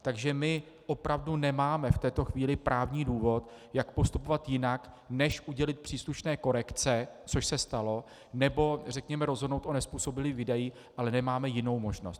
Takže my opravdu nemáme v této chvíli právní důvod, jak postupovat jinak než udělit příslušné korekce, což se stalo, nebo řekněme rozhodnout o nezpůsobilých výdajích, ale nemáme jinou možnost.